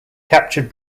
captured